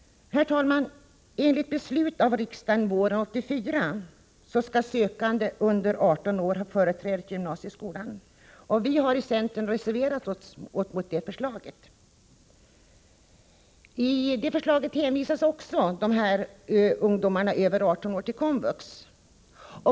Herr talman! Enligt beslut av riksdagen våren 1984 skall sökande under 18 år ha företräde till gymnasieskolan. Vi i centern reserverade oss mot det beslutet. I beslutet hänvisas ungdomar över 18 år till komvux.